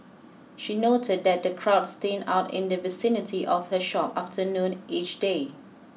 she noted that the crowds thin out in the vicinity of her shop after noon each day